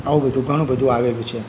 આવું બધું ઘણું બધું આવેલું છે